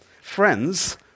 Friends